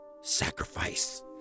sacrifice